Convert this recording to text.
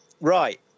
Right